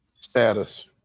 status